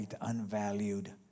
unvalued